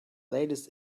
latest